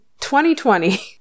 2020